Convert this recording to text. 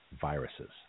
viruses